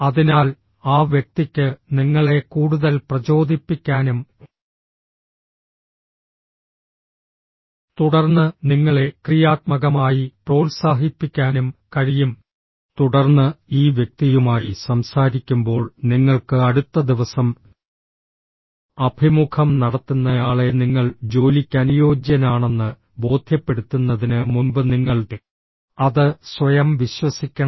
അതിനാൽ ആ വ്യക്തിക്ക് നിങ്ങളെ കൂടുതൽ പ്രചോദിപ്പിക്കാനും തുടർന്ന് നിങ്ങളെ ക്രിയാത്മകമായി പ്രോത്സാഹിപ്പിക്കാനും കഴിയും തുടർന്ന് ഈ വ്യക്തിയുമായി സംസാരിക്കുമ്പോൾ നിങ്ങൾക്ക് അടുത്ത ദിവസം അഭിമുഖം നടത്തുന്നയാളെ നിങ്ങൾ ജോലിക്ക് അനുയോജ്യനാണെന്ന് ബോധ്യപ്പെടുത്തുന്നതിന് മുമ്പ് നിങ്ങൾ അത് സ്വയം വിശ്വസിക്കണം